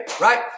right